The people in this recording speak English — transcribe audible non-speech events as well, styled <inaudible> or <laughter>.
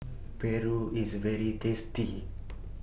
<noise> Paru IS very tasty